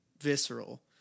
visceral